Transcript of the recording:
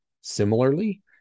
Similarly